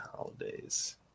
holidays